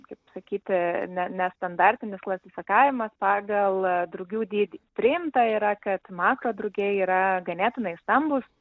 kaip sakyti ne nestandartinis klasifikavimas pagal drugių dydį priimta yra kad makro drugiai yra ganėtinai stambūs